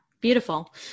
beautiful